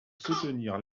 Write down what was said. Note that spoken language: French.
soutenir